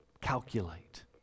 calculate